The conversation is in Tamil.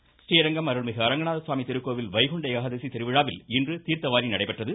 கோவில் ஸ்ரீரங்கம் அருள்மிகு அரங்கநாத சுவாமி திருக்கோவில் வைகுண்ட ஏகாதசி திருவிழாவில் இன்று தீர்த்தவாரி இன்று நடைபெற்றது